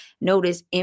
notice